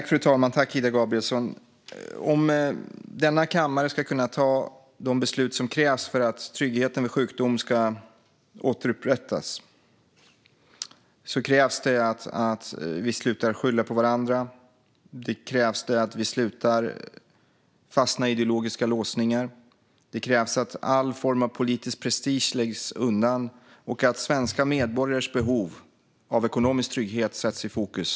Fru talman! Om denna kammare ska kunna ta de beslut som krävs för att tryggheten vid sjukdom ska återupprättas krävs det att vi slutar skylla på varandra och slutar fastna i ideologiska låsningar. Det krävs att all form av politisk prestige läggs undan och att svenska medborgares behov av ekonomisk trygghet sätts i fokus.